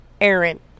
Aaron